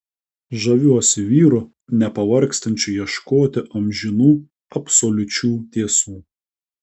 žaviuosi vyru nepavargstančiu ieškoti amžinų absoliučių tiesų